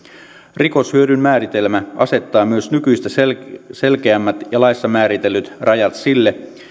rikoshyödyn määritelmä asettaa myös nykyistä selkeämmät selkeämmät ja laissa määritellyt rajat sille